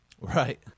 Right